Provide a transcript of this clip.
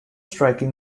striking